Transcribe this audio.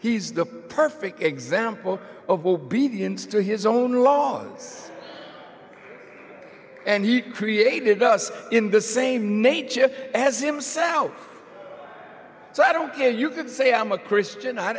he's the perfect example of obedience to his own laws and he created us in the same nature as himself so i don't care you can say i'm a christian i